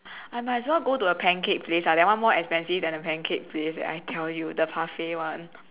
I might as well go to a pancake place lah that one more expensive than a pancake place leh I tell you the parfait [one]